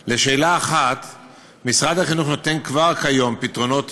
1. משרד החינוך נותן כבר כיום פתרונות